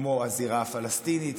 כמו הזירה הפלסטינית,